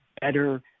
better